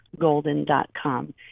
golden.com